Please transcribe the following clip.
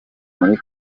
muri